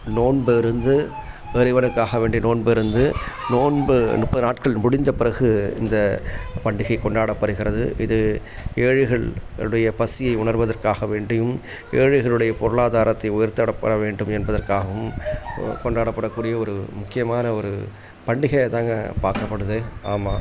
நோன்பு இருந்து இறைவனுக்காக வேண்டி நோன்பு இருந்து நோன்பு முப்பது நாட்கள் முடிஞ்ச பிறகு இந்த பண்டிகை கொண்டாடப்படுகிறது இது ஏழைகள் உடைய பசியை உணர்வதற்காக வேண்டியும் ஏழைகளுடைய பொருளாதாரத்தை உயர்த்தப்பட வேண்டும் என்பதற்காகவும் கொண்டாடப்படக்கூடிய ஒரு முக்கியமான ஒரு பண்டிகையாக தாங்க பார்க்கப்படுது ஆமாம்